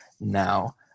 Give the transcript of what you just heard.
now